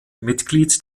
mitglied